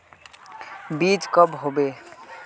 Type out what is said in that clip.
बीज कब होबे?